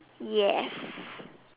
yes